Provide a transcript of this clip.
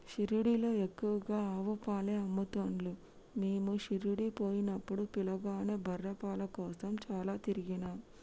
షిరిడీలో ఎక్కువగా ఆవు పాలే అమ్ముతున్లు మీము షిరిడీ పోయినపుడు పిలగాని బర్రె పాల కోసం చాల తిరిగినం